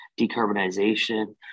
decarbonization